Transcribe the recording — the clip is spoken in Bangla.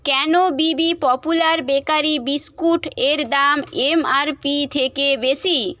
কেন B B popular bakery biscuit এর দাম এম আর পি থেকে বেশি